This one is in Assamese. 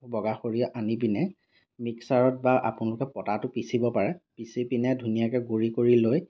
বগা সৰিয়হ আনি পিনে মিক্সাৰত বা আপোনালোকে পটাতো পিচিব পাৰে পিচি পিনে ধুনীয়াকৈ গুৰি কৰি লৈ